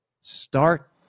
start